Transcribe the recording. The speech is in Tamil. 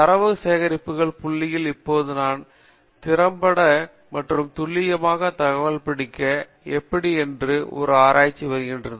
தரவு சேகரிப்பு புள்ளிகள் இப்போது நான் திறம்பட மற்றும் துல்லியமாக தகவல் பிடிக்க எப்படி என்று ஒரு ஆராய்ச்சி வருகிறது